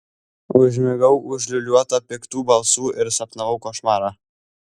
užmigau užliūliuota piktų balsų ir sapnavau košmarą